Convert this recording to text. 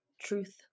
truth